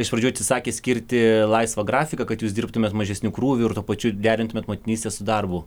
iš pradžių atsisakė skirti laisvą grafiką kad jūs dirbtumėt mažesniu krūviu ir tuo pačiu derintumėt motinystę su darbu